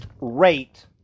rate